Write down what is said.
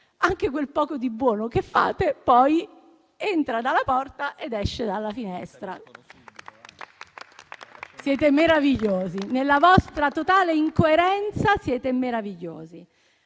Anche quel poco di buono che fate, dunque, entra dalla porta ed esce dalla finestra. Siete meravigliosi: nella vostra totale incoerenza, siete meravigliosi.